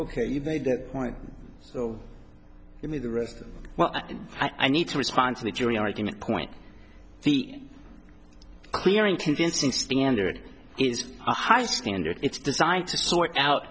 ok you've made that point so let me the rest well i need to respond to the jury argument point b clearing convincing standard is a high standard it's designed to sort out